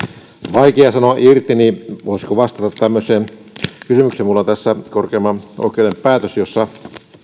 vaikea sanoa irti niin voisiko vastata tämmöiseen kysymykseen minulla on tässä korkeimman oikeuden päätös jossa yritys sanoi